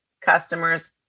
customers